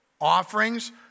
offerings